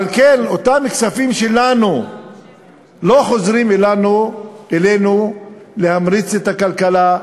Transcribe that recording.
על כן אותם כספים שלנו לא חוזרים אלינו להמריץ את הכלכלה,